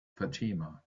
fatima